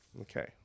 Okay